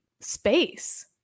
space